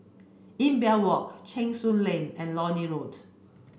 Imbiah Walk Cheng Soon Lane and Lornie Road